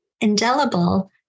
indelible